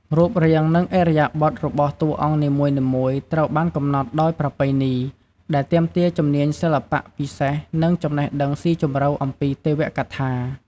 រូបរាង និងឥរិយាបថរបស់តួអង្គនីមួយៗ ត្រូវបានកំណត់ដោយប្រពៃណី ដែលទាមទារជំនាញសិល្បៈពិសេស និងចំណេះដឹងស៊ីជម្រៅអំពីទេវកថា។